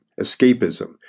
escapism